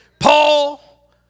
Paul